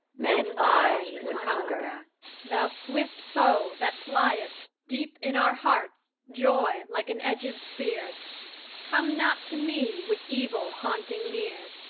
men's eyes with hunger thou swift foe that pliest deep in our hearts joy like an edged spear come not to me with evil haunting near,